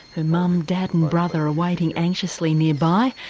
her mum, dad and brother are waiting anxiously nearby,